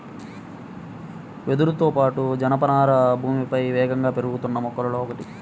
వెదురుతో పాటు, జనపనార భూమిపై వేగంగా పెరుగుతున్న మొక్కలలో ఒకటి